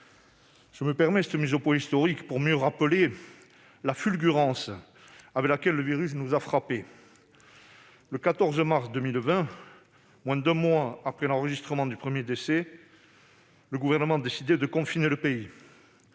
Je me permets cette mise au point historique pour mieux rappeler la fulgurance avec laquelle le virus nous a frappés. Le 14 mars 2020, moins d'un mois après l'enregistrement du premier décès, le Gouvernement décidait de confiner le pays.